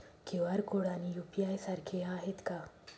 QR code आणि UPI सारखे आहेत का?